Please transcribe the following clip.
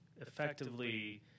effectively